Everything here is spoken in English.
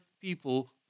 people